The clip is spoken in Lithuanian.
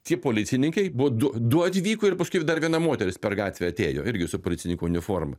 tie policininkai buvo du du atvyko ir paskui dar viena moteris per gatvę atėjo irgi su policininko uniforma